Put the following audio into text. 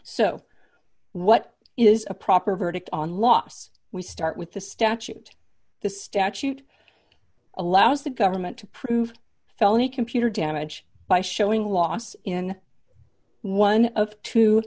so what is a proper verdict on loss we start with the statute the statute allows the government to prove felony computer damage by showing loss in one of two